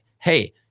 hey